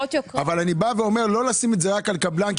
אבל אני בא ואומר: לא לשים את זה רק על קבלן,